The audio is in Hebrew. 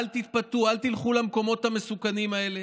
אל תתפתו, אל תלכו למקומות המסוכנים האלה.